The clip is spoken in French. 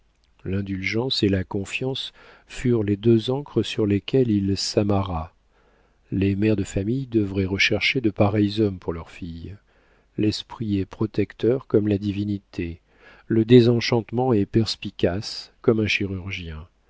l'indulgence et la confiance furent les deux ancres sur lesquelles il s'amarra les mères de famille devraient rechercher de pareils hommes pour leurs filles l'esprit est protecteur comme la divinité le désenchantement est perspicace comme un chirurgien